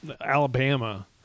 Alabama